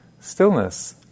stillness